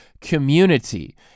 community